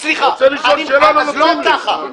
זה לא מותר --- מה זה, לא?